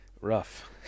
rough